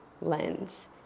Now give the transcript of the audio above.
lens